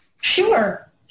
sure